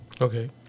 Okay